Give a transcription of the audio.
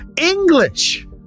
English